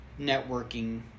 networking